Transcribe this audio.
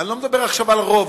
אני לא מדבר עכשיו על רוב.